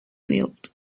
built